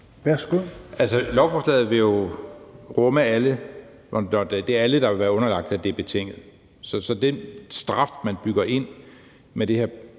Værsgo.